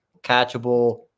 catchable